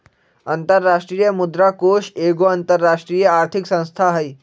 अंतरराष्ट्रीय मुद्रा कोष एगो अंतरराष्ट्रीय आर्थिक संस्था हइ